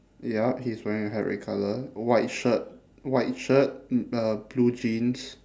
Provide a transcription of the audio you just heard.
ya he's wearing a hat red colour white shirt white shirt mm uh blue jeans